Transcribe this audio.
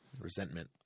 Resentment